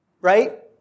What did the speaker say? Right